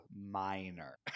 minor